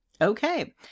Okay